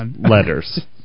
letters